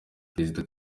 perezida